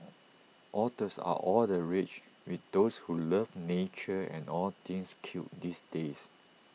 otters are all the rage with those who love nature and all things cute these days